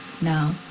Now